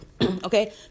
okay